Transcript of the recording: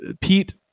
Pete